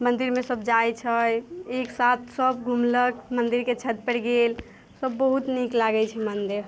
मन्दिरमे सब जाइत छै एक साथ सब घुमलक मन्दिरके छतपर गेल तब बहुत नीक लागैत छै मन्दिर